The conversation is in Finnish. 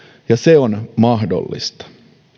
ja se on mahdollista